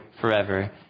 forever